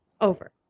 Over